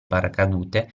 paracadute